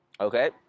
Okay